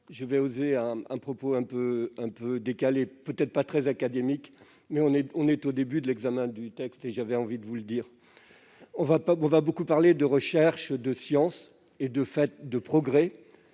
Je vais oser un propos un peu décalé, peut-être pas très académique, mais nous sommes au début de l'examen du texte, et j'avais envie de m'exprimer ainsi. On va beaucoup parler de recherche, de science et, partant, de progrès.